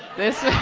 this